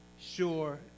sure